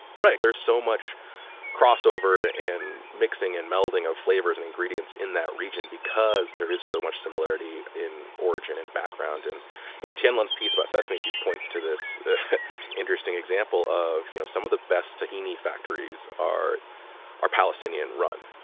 right. there's so much crossover and mixing and melding of flavors and ingredients in that region because there is so much similarity in origin and background. and in tienlon's piece about sesame, she points to this interesting example that you know some of the best tahini factories are are palestinian-run,